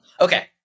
Okay